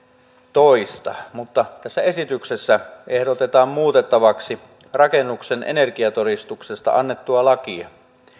toista tässä esityksessä ehdotetaan muutettavaksi rakennuksen energiatodistuksesta annettua lakia